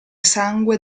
sangue